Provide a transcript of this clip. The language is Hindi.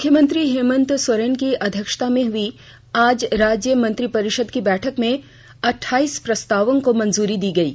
मुख्यमंत्री हेमंत सोरेन की अध्यक्षता में आज हुई राज्य मंत्रिपरिषद की बैठक में अठाईस प्रस्तावों को मंजूरी दी गयी